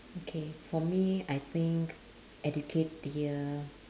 okay for me I think educate the uh